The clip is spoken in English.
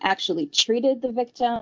actually treated the victim